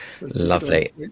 Lovely